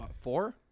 four